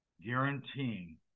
guaranteeing